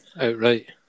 outright